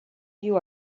you